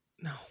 No